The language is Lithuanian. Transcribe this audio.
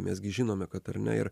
mes gi žinome kad ar ne ir